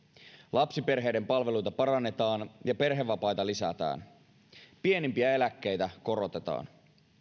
lapsiperheiden palveluita parannetaan ja perhevapaita lisätään pienimpiä eläkkeitä korotetaan